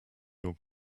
your